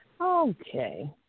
Okay